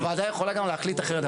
הוועדה יכולה גם להחליט אחרת.